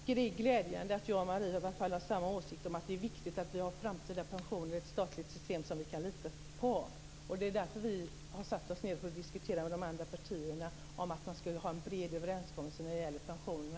Herr talman! Det är glädjande att jag och Marie Engström i varje fall har samma åsikt om att det är viktigt att vi har framtida pensioner i ett statligt system som vi kan lita på. Det är därför vi har satt oss ned med de andra partierna för att diskutera en bred överenskommelse om pensionerna.